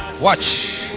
Watch